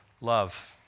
Love